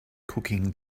cooking